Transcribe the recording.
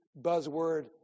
buzzword